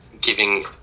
giving